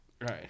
Right